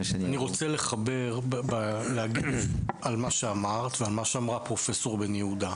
אני רוצה לחבר ולהגיב על מה שאמרת ועל מה שאמרה פרופ' בן יהודה.